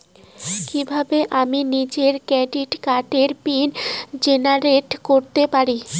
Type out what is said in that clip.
কিভাবে আমি নিজেই ডেবিট কার্ডের পিন জেনারেট করতে পারি?